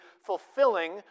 fulfilling